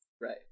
Right